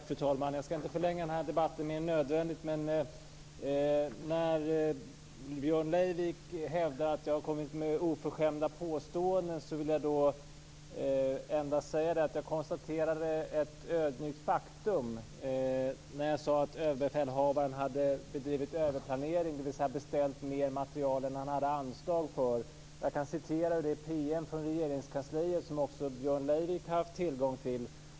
Fru talman! Jag skall inte förlänga den här debatten mer än nödvändigt. När Björn Leivik hävdar att jag har kommit med oförskämda påståenden vill jag endast säga att jag ödmjukt konstaterade ett faktum när jag sade att överbefälhavaren hade bedrivit överplanering, dvs. beställt mer materiel än han hade anslag för. Jag kan citera ur det PM från Regeringskansliet som också Björn Leivik har haft tillgång till.